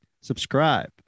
Subscribe